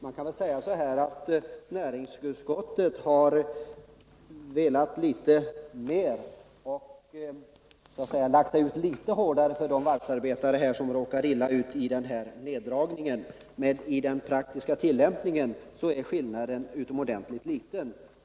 Man kan formulera det så att näringsutskottet har lagt sig ut litet hårdare för de varvsarbetare som råkar illa ut vid en nedskärning, men i den praktiska tillämpningen är skillnaden utomordentligt liten.